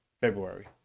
february